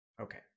Okay